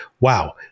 wow